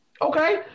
Okay